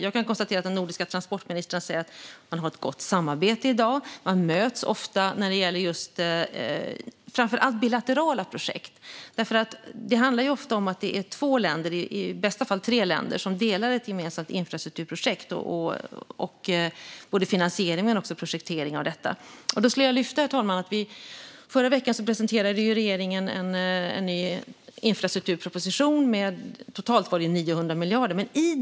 Jag kan konstatera att de nordiska transportministrarna säger att man i dag har ett gott samarbete. Man möts ofta när det gäller framför allt bilaterala projekt. Det handlar ofta om att det är två länder, i bästa fall tre länder, som delar ett gemensamt infrastrukturprojekt och både finansiering och projektering av detta. Herr talman! Jag skulle vilja lyfta fram att regeringen förra veckan presenterade en ny infrastrukturproposition med totalt 900 miljarder.